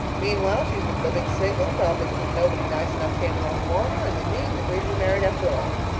meanwhile, she's been living single, probably because nobody nice enough came along to want her, and they meet and agree to be married after all.